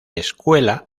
escuela